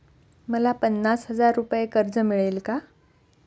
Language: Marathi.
मला पन्नास हजार रुपये कर्ज मिळेल का?